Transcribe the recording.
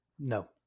no